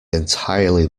entirely